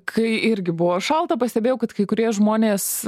kai irgi buvo šalta pastebėjau kad kai kurie žmonės